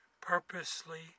purposely